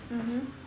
mmhmm